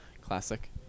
classic